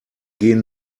gehen